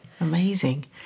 Amazing